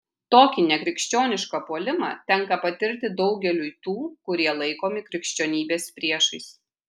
tokį nekrikščionišką puolimą tenka patirti daugeliui tų kurie laikomi krikščionybės priešais